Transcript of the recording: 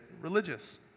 religious